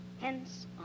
Hence